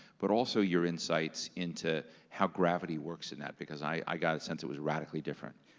but also your insights into how gravity works in that because i got a sense it was radically different.